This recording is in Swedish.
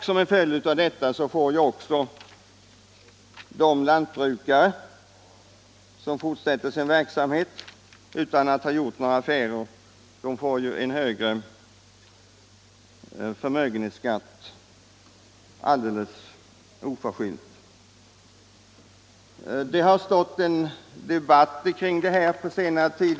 Som en följd av detta får också de lantbrukare som fortsätter sin verksamhet utan att ha gjort några sådana affärer en högre förmögenhetsskatt alldeles oförskyllt. Det har stått en debatt kring detta spörsmål under senare tid.